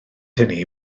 hynny